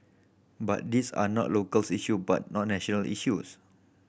but these are not locals issue but national issues